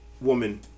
woman